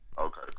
Okay